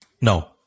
No